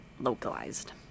localized